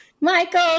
michael